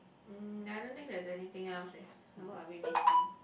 um I don't think there is anything else eh know what we are missing